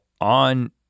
on